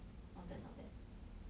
not bad not bad